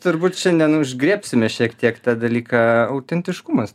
turbūt šiandien užgriebsime šiek tiek tą dalyką autentiškumas